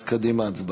אז קדימה, הצבעה.